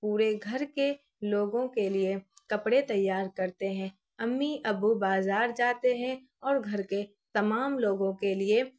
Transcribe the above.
پورے گھر کے لوگوں کے لیے کپڑے تیار کرتے ہیں امی ابو بازار جاتے ہیں اور گھر کے تمام لوگوں کے لیے